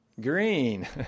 Green